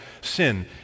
sin